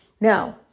Now